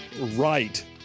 right